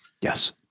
Yes